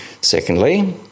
Secondly